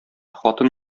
хатын